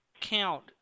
count